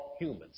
humans